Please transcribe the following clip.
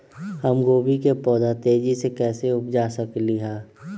हम गोभी के पौधा तेजी से कैसे उपजा सकली ह?